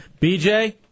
BJ